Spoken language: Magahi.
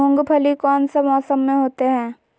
मूंगफली कौन सा मौसम में होते हैं?